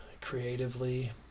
creatively